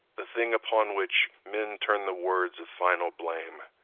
the thing upon which men turn the words of final blame.